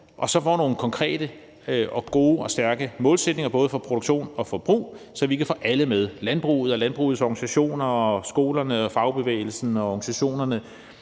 og får nogle konkrete, gode og stærke målsætninger både for produktion og forbrug, så vi kan få alle med: landbruget, landbrugets organisationer, skolerne, fagbevægelsen og organisationerne.